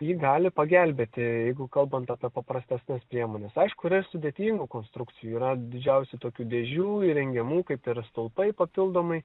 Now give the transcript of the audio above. ji gali pagelbėti jeigu kalbant apie paprastesnes priemones aišku yra ir sudėtingų konstrukcijų yra didžiausi tokių dėžių įrengiamų kaip ir stulpai papildomai